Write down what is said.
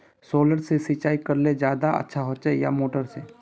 Solar से सिंचाई करले ज्यादा अच्छा होचे या मोटर से?